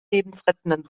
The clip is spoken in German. lebensrettenden